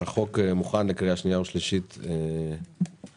החוק מוכן לקריאה שנייה ושלישית למליאה.